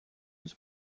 his